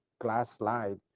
class slide